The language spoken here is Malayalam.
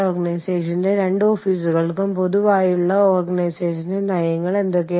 അതുപോലെ കെനിയയിലെ ഒരു ഓഫീസിൽ ഇരിക്കുന്ന ആളുകൾക്ക് വ്യത്യസ്തമായ ആവശ്യങ്ങളുണ്ടാകും